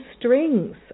strings